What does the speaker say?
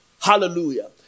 Hallelujah